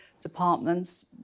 departments